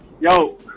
Yo